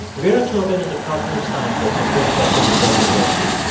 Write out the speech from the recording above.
vera tobin is a cognitive scientist at case western reserve university.